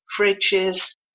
fridges